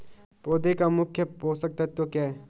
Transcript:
पौधें का मुख्य पोषक तत्व क्या है?